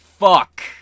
Fuck